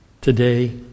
Today